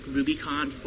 RubyCon